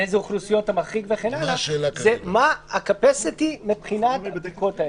על איזה אוכלוסיות אתה מחריג וכן הלאה - זה מה התפוסה מבחינת הבדיקות.